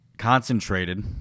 concentrated